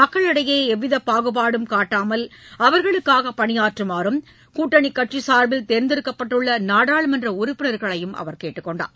மக்களிடையே எவ்வித பாகுபாடும் காட்டாமல் அவர்களுக்காக பணியாற்றுமாறும் கூட்டணி கட்சி சார்பில் தேர்ந்தெடுக்கப்பட்டுள்ள நாடாளுமன்ற உறுப்பினர்களை அவர் கேட்டுக் கொண்டார்